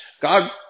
God